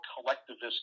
collectivist